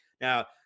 Now